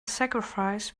sacrifice